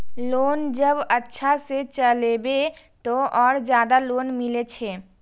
Loan जब अच्छा से चलेबे तो और ज्यादा लोन मिले छै?